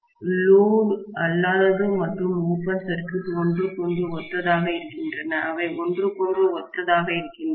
சுமை லோடு அல்லாதது மற்றும் ஓபன் சர்க்யூட் ஒன்றுக்கொன்று ஒத்ததாக இருக்கின்றன அவை ஒன்றுக்கொன்று ஒத்ததாக இருக்கின்றன